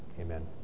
Amen